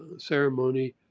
ceremony,